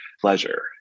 pleasure